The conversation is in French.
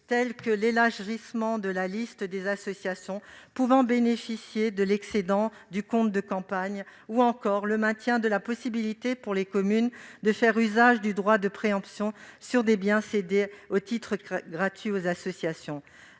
tels que l'élargissement de la liste des associations pouvant bénéficier de l'excédent du compte de campagne ou le maintien de la possibilité, pour les communes, de faire usage du droit de préemption sur des biens cédés à titre gratuit aux associations.